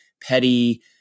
petty